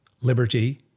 liberty